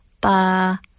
ba